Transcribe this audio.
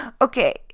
Okay